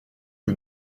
que